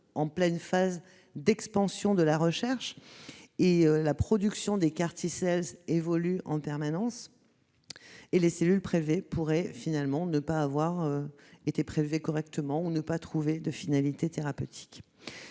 en pleine phase d'expansion de la recherche ; la production des évolue en permanence, et les cellules prélevées pourraient finalement ne pas l'avoir été correctement ou ne pas trouver de finalité thérapeutique.